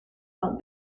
felt